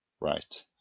right